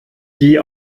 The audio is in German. die